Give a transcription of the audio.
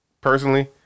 personally